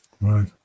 right